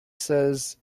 says